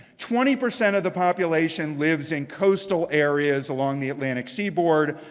twenty percent of the population lives in coastal areas along the atlantic seaboard.